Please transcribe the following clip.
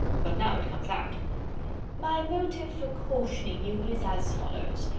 but now it comes out my motive for cautioning you is as follows.